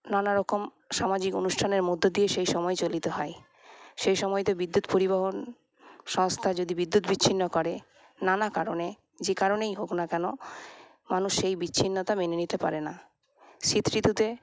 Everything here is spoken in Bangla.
নানারকম সামাজিক অনুষ্ঠানের মধ্যে দিয়ে সেই সময় চালিত হয় সেই সময়তে বিদ্যুৎ পরিবহন সংস্থা যদি বিদ্যুৎ বিচ্ছিন্ন করে নানা কারণে যেই কারণেই হোক না কেন মানুষ সেই বিচ্ছিন্নতা মেনে নিতে পারেনা শীত ঋতুতে